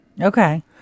Okay